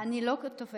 אני לא תופרת,